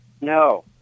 No